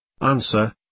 Answer